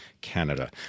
canada